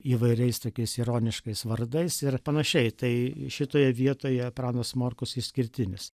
įvairiais tokiais ironiškais vardais ir panašiai tai šitoje vietoje pranas morkus išskirtinis